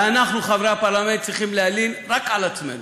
ואנחנו, חברי הפרלמנט, צריכים להלין רק על עצמנו.